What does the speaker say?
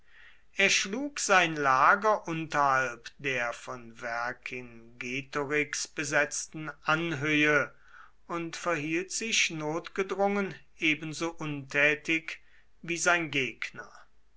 er schlug sein lager unterhalb der von vercingetorix besetzten anhöhe und verhielt sich notgedrungen ebenso untätig wie sein gegner